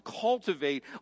cultivate